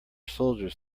soldiers